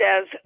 says